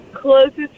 closest